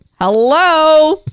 hello